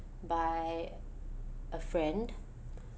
by a friend